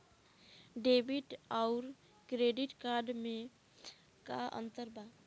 Debit आउर credit card मे का अंतर बा?